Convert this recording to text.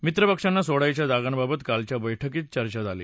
मित्र पक्षांना सोडायच्या जागांबाबत कालच्या बैठकीत चर्चा झाली